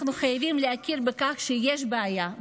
אנחנו חייבים להכיר בכך שיש בעיה,